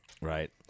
right